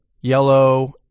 yellow